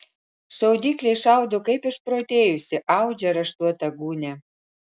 šaudyklė šaudo kaip išprotėjusi audžia raštuotą gūnią